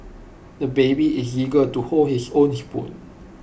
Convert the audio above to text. the baby is eager to hold his own spoon